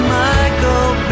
michael